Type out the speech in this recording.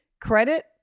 credit